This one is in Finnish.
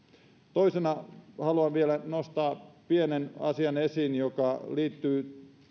toisena haluan vielä nostaa esiin pienen asian joka liittyy